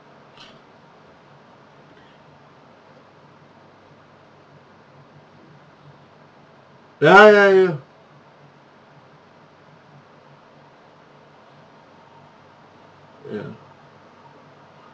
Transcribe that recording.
ya ya you ya